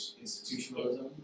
institutionalism